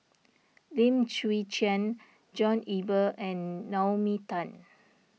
Lim Chwee Chian John Eber and Naomi Tan